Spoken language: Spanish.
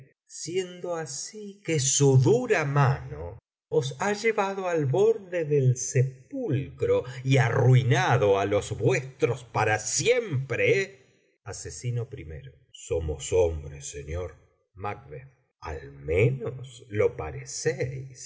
siendo así que su dura mano os ha llevado al borde del sepulcro y arruinado á los vuestros para siempre somos hombres señor al menos lo parecéis